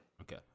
okay